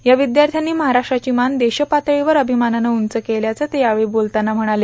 या विद्यार्थ्यांनी महाराष्ट्राची मान देशपातळीवर अभिमानानं उंच केल्याचं ते यावेळी बोलताना म्हणाले